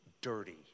dirty